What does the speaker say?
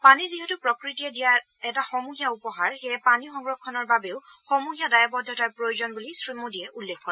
পানী যিহেতু প্ৰকৃতিয়ে দিয়া এটা সমূহীয়া উপহাৰ সেয়ে পানী সংৰক্ষণৰ বাবেও সমূহীয়া দায়বদ্ধতাৰ প্ৰয়োজন বুলি শ্ৰীমোদীয়ে উল্লেখ কৰে